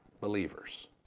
believers